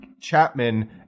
Chapman